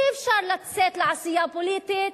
אי-אפשר לצאת לעשייה פוליטית